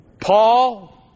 Paul